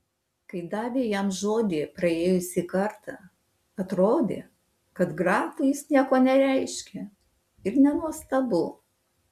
kai davė jam žodį praėjusį kartą atrodė kad grafui jis nieko nereiškia ir nenuostabu